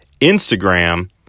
Instagram